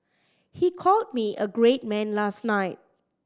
he called me a great man last night